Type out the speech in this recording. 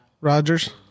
Rodgers